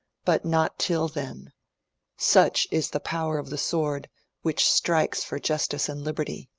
but not till then such is the power of the sword which strike's for justice and liberty.